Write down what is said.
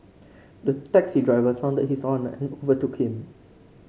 the taxi driver sounded his horn and overtook him